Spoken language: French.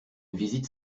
visite